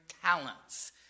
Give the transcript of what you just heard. Talents